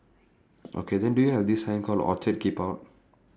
okay then do you have this sign called orchid keep out